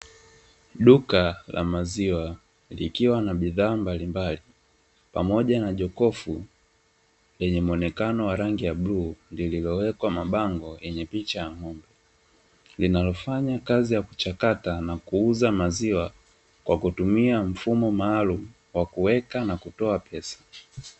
Duka la maziwa likiwa na bidhaa mbali mbali, pamoja na jokofu lenye muonekano wa rangi ya bluu lililo wekwa mabango yenye picha ya ng’ombe, linalofanya kazi ya kuchakata na kuuza maziwa kwa kutumia mfumo maalumu wa kuweka na kutoa pesa.